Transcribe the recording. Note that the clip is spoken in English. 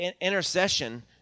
Intercession